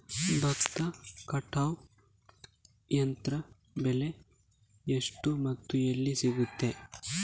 ಭತ್ತದ ಕಟಾವು ಯಂತ್ರದ ಬೆಲೆ ಎಷ್ಟು ಮತ್ತು ಎಲ್ಲಿ ಸಿಗುತ್ತದೆ?